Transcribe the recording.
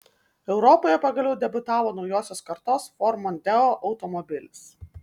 europoje pagaliau debiutavo naujausios kartos ford mondeo automobilis